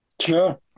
Sure